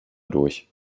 durch